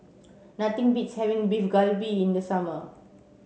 nothing beats having Beef Galbi in the summer